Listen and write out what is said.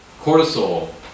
cortisol